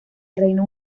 reino